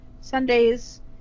Sundays